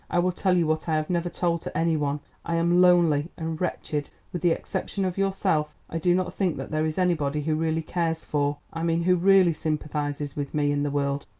i will tell you what i have never told to any one. i am lonely and wretched. with the exception of yourself, i do not think that there is anybody who really cares for i mean who really sympathises with me in the world.